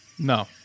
No